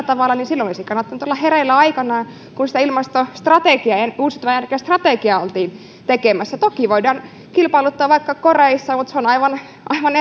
tavalla niin silloin olisi kannattanut olla hereillä aikanaan kun sitä ilmastostrategiaa ja uusiutuvan energian strategiaa oltiin tekemässä toki voidaan kilpailuttaa vaikka koreissa mutta se on aivan